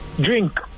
drink